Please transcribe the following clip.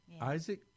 Isaac